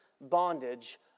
bondage